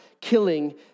killing